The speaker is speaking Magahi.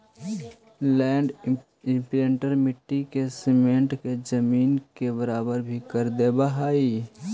लैंड इम्प्रिंटर मट्टी के समेट के जमीन के बराबर भी कर देवऽ हई